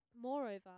Moreover